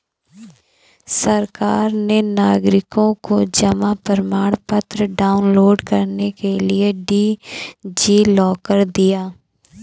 सरकार ने नागरिकों को जमा प्रमाण पत्र डाउनलोड करने के लिए डी.जी लॉकर दिया है